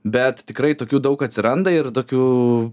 bet tikrai tokių daug atsiranda ir tokių